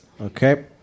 Okay